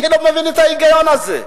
אני לא מבין את ההיגיון הזה.